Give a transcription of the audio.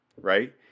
right